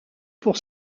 pour